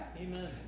Amen